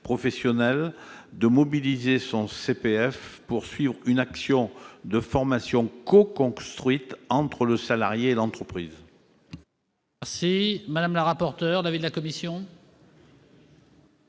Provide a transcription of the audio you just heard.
possibilité de mobiliser son CPF pour suivre une action de formation coconstruite par le salarié et l'entreprise.